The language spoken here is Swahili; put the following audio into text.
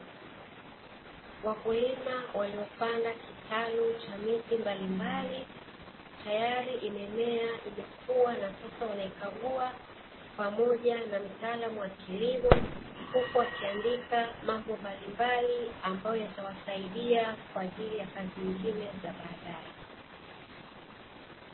Wakulima waliopanda kitalu cha miti mbalimbali tayari imemea, imekua na sasa wanaikagua pamoja na mtaalamu wa kilimo huku wakiandika mambo mbalimbali ambayo yatawasaidia kwa ajili ya kazi nyingine za baadae.